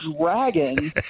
dragon